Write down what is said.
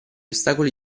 ostacoli